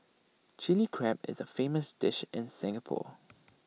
Chilli Crab is A famous dish in Singapore